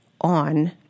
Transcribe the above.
on